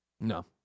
No